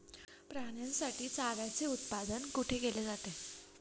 प्राण्यांसाठी चाऱ्याचे उत्पादन कुठे केले जाते?